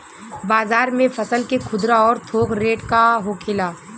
बाजार में फसल के खुदरा और थोक रेट का होखेला?